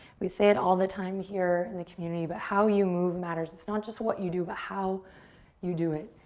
we say it all the time here in the community, but how you move matters. it's not just what you do, but how you do it.